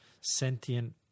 sentient